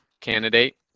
candidate